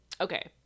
Okay